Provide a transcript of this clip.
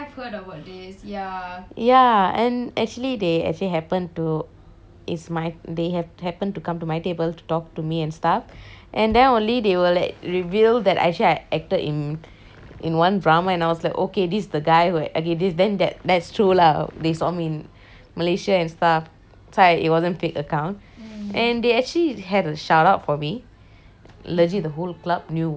ya and acually they actually happen to is my they have happened to come to my table to talk to me and stuff and then only they will reveal that actually I acted in in one drama and I was like okay this the guy this then that that's true lah they saw me in malaysia and stuff so it wasn't fake account and they actually had shout out for me legit the whole club knew what's what's my name lah